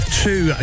two